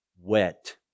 wet